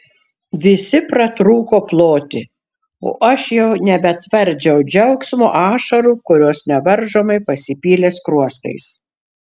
visi pratrūko ploti o aš jau nebetvardžiau džiaugsmo ašarų kurios nevaržomai pasipylė skruostais